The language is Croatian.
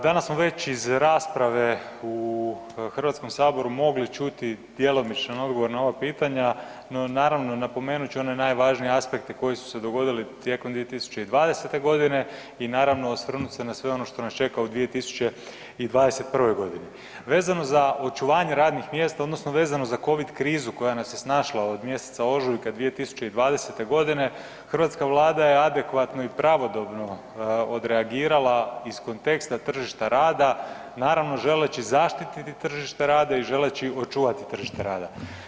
Danas smo već iz rasprave u HS-u mogli čuti djelomičan odgovor na ova pitanja, no naravno, napomenut ću one najvažnije aspekte koji su se dogodili tijekom 2020. g. i naravno, osvrnuti se na sve ono što nas čeka u 2021. g. Vezano za očuvanje radnih mjesta odnosno vezano za COVID krizu koja je nas je snašla od mjeseca ožujka 2020. g., hrvatska Vlada je adekvatno i pravodobno odreagirala iz konteksta tržišta rada, naravno želeći zaštititi tržište rada i želeći očuvati tržište rada.